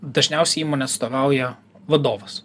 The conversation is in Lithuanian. dažniausiai įmonė atstovauja vadovus